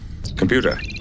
Computer